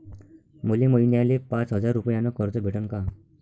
मले महिन्याले पाच हजार रुपयानं कर्ज भेटन का?